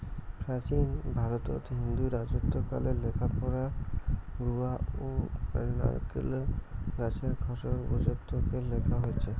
প্রাচীন ভারতত হিন্দু রাজত্বকালে লেখাপড়া গুয়া ও নারিকোল গছের খোসার ভূর্জত্বকে লেখা হইচে